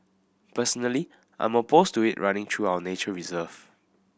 personally I'm opposed to it running through our nature reserve